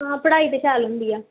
हां पढ़ाई ते शैल होंदी ऐ